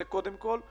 זה קודם כול,